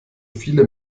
viele